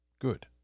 good